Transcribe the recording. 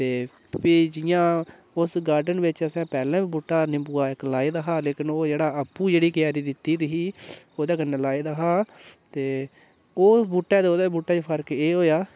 ते भी जि'यां उस गार्डन बिच असें पैह्लें बी बूह्टा निम्बुआ इक लाये दा हा लेकिन ओह् जेह्ड़ा आपूं जेह्ड़ी क्यारी दित्ती दी ही ओह्दे कन्नै लाये दा हा ते ओह् बूह्टे ते ओह्दे बूह्टे च फर्क एह् होया